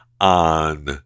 on